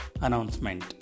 announcement